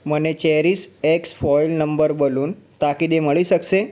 મને cherish x foil number balloon તાકીદે મળી શકશે